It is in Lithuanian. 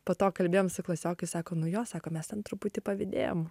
po to kalbėjom su klasiokais sako nu jo sako mes ten truputį pavydėjom